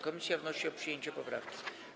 Komisja wnosi o przyjęcie poprawki.